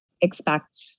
expect